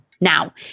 Now